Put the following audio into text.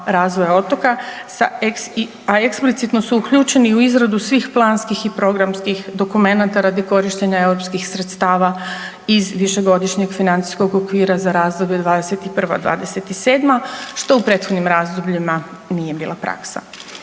razvoja otoka, a eksplicitno su uključeni i u izradu svih planskih i programskih dokumenata radi korištenja europskih sredstava iz Višegodišnjeg financijskog okvira za razdoblje 2021.-2027., što u prethodnim razdobljima nije bila praksa.